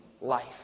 life